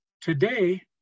today